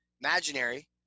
imaginary